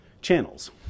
channels